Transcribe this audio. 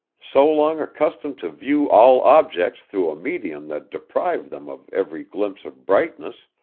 so long accustomed to view all objects through a medium that deprived them of every glimpse of brightness,